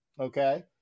okay